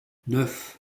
neuf